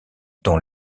dont